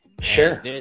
Sure